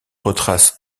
retrace